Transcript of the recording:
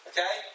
Okay